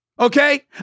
okay